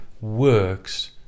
works